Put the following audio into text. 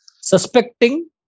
suspecting